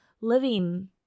living